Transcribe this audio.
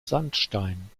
sandstein